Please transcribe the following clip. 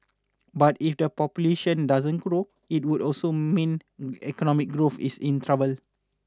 but if the population doesn't grow it would also mean economic growth is in trouble